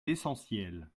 l’essentiel